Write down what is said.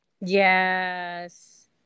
yes